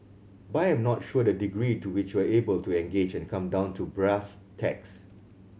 but I am not sure the degree to which you are able to engage and come down to brass tacks